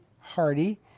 Hardy